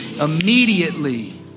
immediately